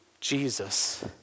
Jesus